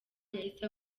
yahise